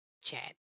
chat